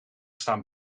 staan